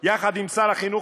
יחד עם שר החינוך,